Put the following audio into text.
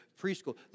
preschool